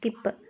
skip